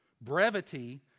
Brevity